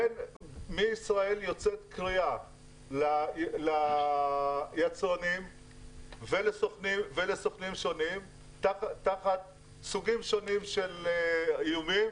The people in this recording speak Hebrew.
מישראל יוצאת קריאה ליצרנים ולסוכנים שונים תחת סוגים שונים של איומים